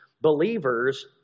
believers